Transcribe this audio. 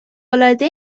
العاده